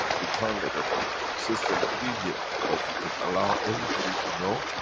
we can't get a system to be here. but we can allow everybody. to know,